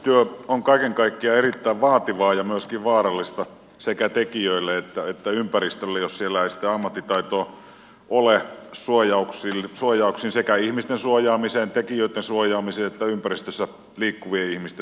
asbestityö on kaiken kaikkiaan erittäin vaativaa ja myöskin vaarallista sekä tekijöille että ympäristölle jos siellä ei sitä ammattitaitoa ole suojauksiin sekä tekijöitten suojaamiseen että ympäristössä liikkuvien ihmisten suojaamiseen